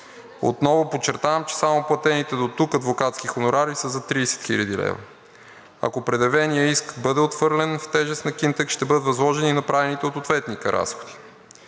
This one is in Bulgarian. Отново подчертавам, че само платените дотук адвокатски хонорари са за 30 хил. лв. Ако предявеният иск бъде отхвърлен, в тежест на „Кинтекс“ ще бъдат възложени направените от ответника разходи.